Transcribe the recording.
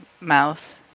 mouth